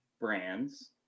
brands